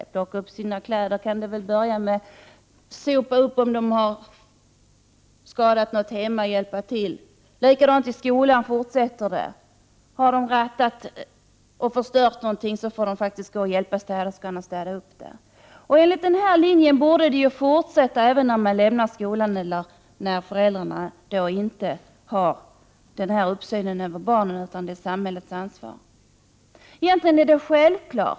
De får plocka upp sina kläder och hjälpa till att sopa upp om de har skadat någonting hemma. Det fortsätter 15 på samma sätt i skolan. Har de förstört någonting får de hjälpa städerskan att städa upp. Man borde fortsätta enligt den här linjen även efter det att barnen lämnar skolan om föräldrarna inte utövar uppsyn över barnen, utan det blir samhällets ansvar. Detta är egentligen självklarheter.